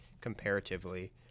comparatively